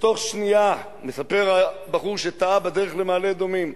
ובתוך שנייה, מספר הבחור שטעה בדרך למעלה-אדומים,